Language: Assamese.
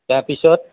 তাৰপিছত